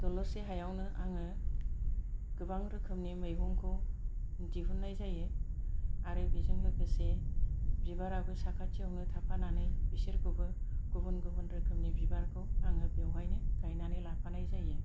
दलरसे हायावनो आङो गोबां रोखोमनि मैगंखौ दिहुन्नाय जायो आरो बेजों लोगोसे बिबाराबो साखाथियावनो थाफानानै बिसोरखौबो गुबुन गुबुन रोखोमनि बिबारखौ आङो बेयावहायनो गायनानै लाफानाय जायो